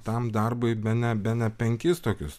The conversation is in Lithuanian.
tam darbui bene bene penkis tokius